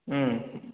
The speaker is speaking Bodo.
उम